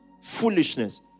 Foolishness